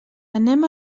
anem